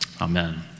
amen